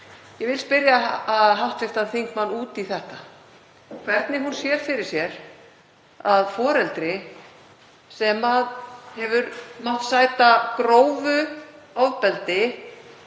Ég vil spyrja hv. þingmann út í þetta, hvernig hún sér fyrir sér að foreldri sem hefur mátt sæta grófu ofbeldi,